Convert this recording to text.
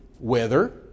weather